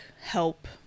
help